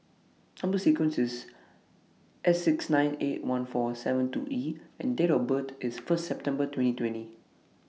Number sequence IS S six nine eight one four seven two E and Date of birth IS First September twenty twenty